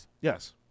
Yes